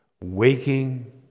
waking